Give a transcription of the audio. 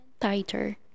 tighter